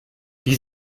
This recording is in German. die